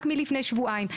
רק מלפני שבועיים,